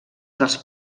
dels